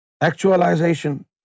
actualization